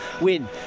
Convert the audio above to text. win